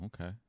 okay